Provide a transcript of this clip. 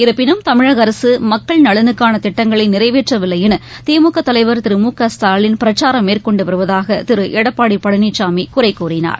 இருப்பினும் தமிழகஅரசு மக்கள் நலனுக்கானதிட்டங்களைநிறைவேற்றவில்லைஎனதிமுகதலைவா் திரு மு க ஸ்டாலின் பிரச்சாரம் மேற்கொண்டுவருவதாகதிருளடப்பாடிபழனிசாமிகுறைகூறினார்